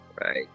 right